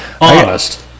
Honest